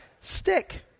stick